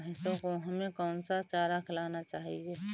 भैंसों को हमें कौन सा चारा खिलाना चाहिए?